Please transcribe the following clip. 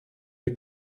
der